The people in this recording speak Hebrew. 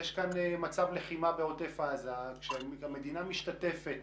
יש מצב לחימה בעוטף עזה כאשר המדינה משתתפת